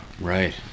Right